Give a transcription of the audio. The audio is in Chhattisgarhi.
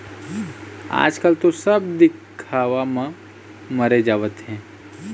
आजकल तो सब दिखावा म मरे जावत हें